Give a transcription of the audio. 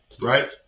right